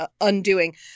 undoing